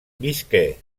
visqué